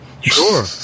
sure